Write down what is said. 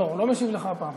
לא, הוא לא משיב לך הפעם.